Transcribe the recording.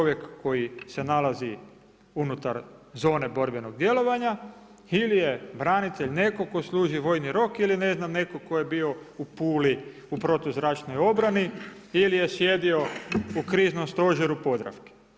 Čovjek koji se nalazi unutar zone borbenog djelovanja ili je branitelj netko tko služi vojni rok ili netko tko je bio u Puli u protuzračnoj obrani ili je sjedio u kriznom stožeru Podravke?